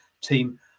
team